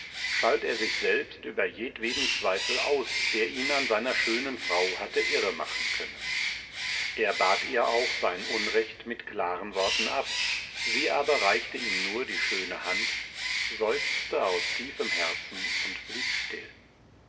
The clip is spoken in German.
schalt er sich selbst über jedweden zweifel aus der ihn an seiner schönen frau hatte irremachen können er bat ihr auch sein unrecht mit klaren worten ab sie aber reichte ihm nur die schöne hand seufzte aus tiefem herzen und blieb still